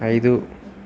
ఐదు